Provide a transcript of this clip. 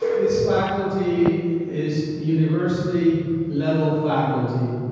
this faculty is university level faculty.